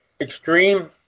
Extreme